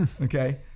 Okay